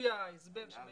מופיע ההסבר אבל